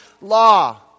law